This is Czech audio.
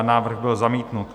Návrh byl zamítnut.